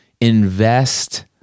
invest